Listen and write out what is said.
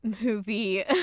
movie